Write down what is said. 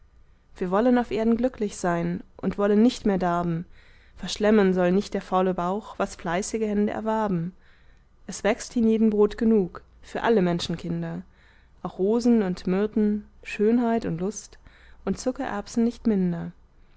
wir wollen auf erden glücklich sein und wollen nicht mehr darben verschlemmen soll nicht der faule bauch was fleißige hände erwarben es wächst hienieden brot genug für alle menschenkinder auch rosen und myrten schönheit und lust und zuckererbsen nicht minder